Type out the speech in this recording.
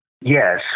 Yes